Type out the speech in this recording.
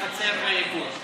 אני מאוד מודאג מהקרע בחצר גור.